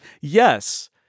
yes